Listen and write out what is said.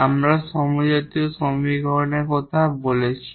আমরা হোমোজিনিয়াস সমীকরণের কথা বলছি